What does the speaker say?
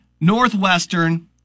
Northwestern